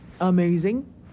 Amazing